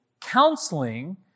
counseling